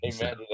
Amen